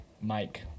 Mike